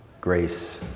grace